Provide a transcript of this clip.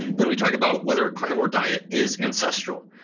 then we talk about whether a carnivore diet is ancestral.